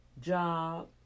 Job